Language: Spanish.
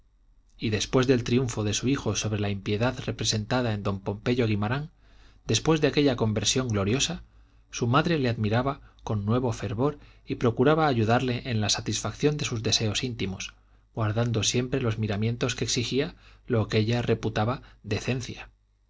y después del triunfo de su hijo sobre la impiedad representada en don pompeyo guimarán después de aquella conversión gloriosa su madre le admiraba con nuevo fervor y procuraba ayudarle en la satisfacción de sus deseos íntimos guardando siempre los miramientos que exigía lo que ella reputaba decencia